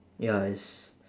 ya it's